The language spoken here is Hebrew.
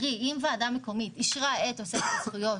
אם ועדה מקומית אישרה את תוספת הזכויות